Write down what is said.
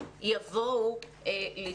תאורה,